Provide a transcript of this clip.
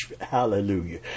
hallelujah